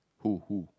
who who